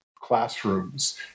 classrooms